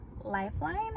Lifeline